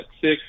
six